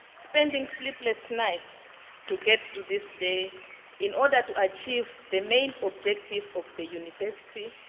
spending sleepless nights to get to this day in order to achieve the main objective of the university,